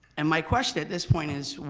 and my question at this point is,